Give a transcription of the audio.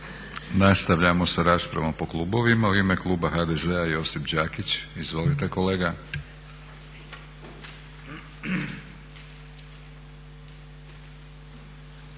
Nastavljamo sa raspravom po klubovima. U ime kluba HDZ-a Josip Đakić. Izvolite kolega.